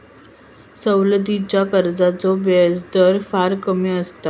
सवलतीच्या कर्जाचो व्याजदर फार कमी असता